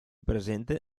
presente